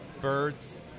Birds